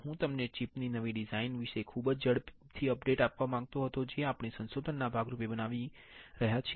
હું તમને ચીપ ની નવી ડિઝાઇન વિશે ખૂબ જ ઝડપી અપડેટ આપવા માંગતો હતો જે આપણે સંશોધન નાં ભાગ રૂપે બનાવી કરી રહ્યા છીએ